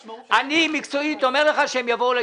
אני מקצועית אומר לך שהם יבואו לישיבה.